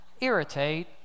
irritate